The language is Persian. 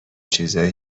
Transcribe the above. چیزای